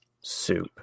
soup